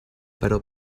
però